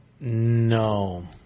No